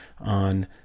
on